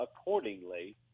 accordingly